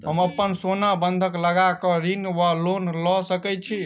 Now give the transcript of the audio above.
हम अप्पन सोना बंधक लगा कऽ ऋण वा लोन लऽ सकै छी?